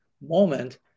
moment